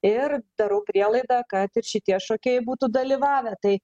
ir darau prielaidą kad ir šitie šokėjai būtų dalyvavę tai